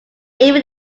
even